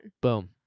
Boom